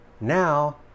Now